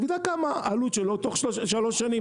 הוא ידע כמה העלות של האוטו שלוש שנים.